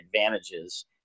advantages